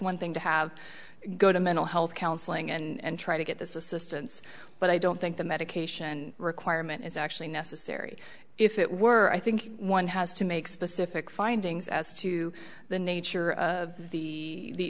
one thing to have go to mental health counseling and try to get the systems but i don't think the medication requirement is actually necessary if it were i think one has to make specific findings as to the nature of the